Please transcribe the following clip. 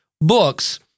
books